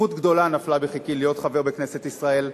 זכות גדולה נפלה בחלקי להיות חבר בכנסת ישראל,